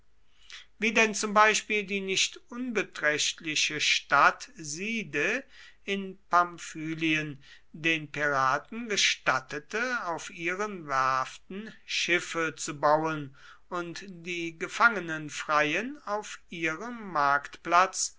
wie denn zum beispiel die nicht unbeträchtliche stadt side in pamphylien den piraten gestattete auf ihren werften schiffe zu bauen und die gefangenen freien auf ihrem marktplatz